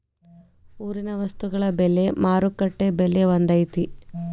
ಊರಿನ ವಸ್ತುಗಳ ಬೆಲೆ ಮಾರುಕಟ್ಟೆ ಬೆಲೆ ಒಂದ್ ಐತಿ?